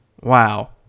Wow